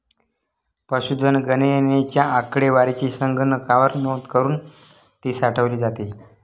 पशुधन गणनेच्या आकडेवारीची संगणकावर नोंद करुन ती साठवली जाते